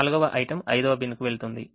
4వ item 5వ బిన్కు వెళుతుంది